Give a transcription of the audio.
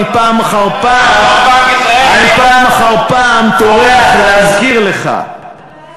אני פעם אחר פעם טורח להזכיר לך.